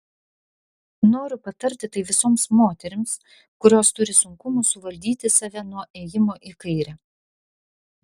noriu patarti tai visoms moterims kurios turi sunkumų suvaldyti save nuo ėjimo į kairę